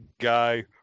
guy